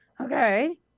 Okay